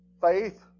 faith